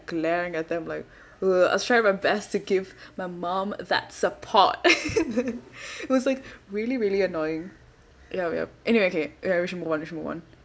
glaring at them like ugh I was trying my best to give my mom that support it was like really really annoying yup yup anyway okay ya we should move on we should move on